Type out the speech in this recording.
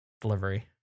Delivery